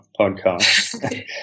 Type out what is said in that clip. podcast